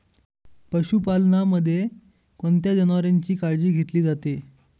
पशुपालनामध्ये कोणत्या जनावरांची काळजी घेतली जाते?